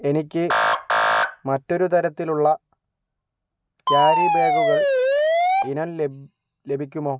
എനിക്ക് മറ്റൊരു തരത്തിലുള്ള ക്യാരി ബാഗുകൾ ഇനം ലഭ് ലഭിക്കുമോ